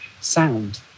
sound